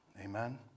Amen